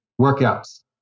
workouts